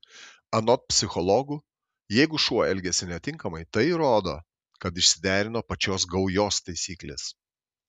anot psichologų jeigu šuo elgiasi netinkamai tai rodo kad išsiderino pačios gaujos taisyklės